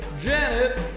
Janet